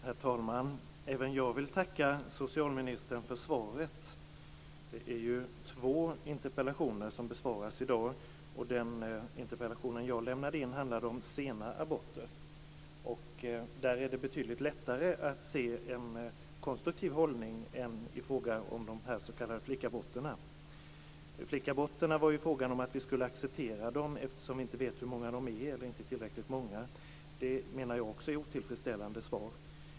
Herr talman! Även jag vill tacka socialministern för svaret. Det är två interpellationer som besvaras. Den interpellation jag lämnade in handlar om sena aborter. Där är det betydligt lättare att se en konstruktiv hållning än i fråga om de s.k. flickaborterna. Flickaborterna skulle vi ju acceptera eftersom vi inte vet hur många det är. De är inte tillräckligt många. Det är också ett otillfredsställande svar.